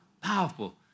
powerful